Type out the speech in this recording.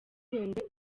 werurwe